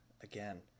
again